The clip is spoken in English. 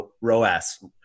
Roas